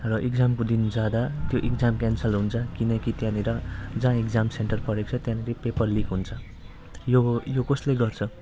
र इग्जामको दिन जाँदा त्यो इग्जाम क्यान्सल हुन्छ किनकि त्याँनिर जहाँ इग्जाम सेन्टर परेको छ त्यहाँनिर पेपर लिक हुन्छ यो यो कसले गर्छ